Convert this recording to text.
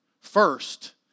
First